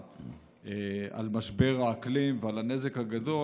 על משבר האקלים ועל הנזק הגדול.